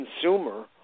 consumer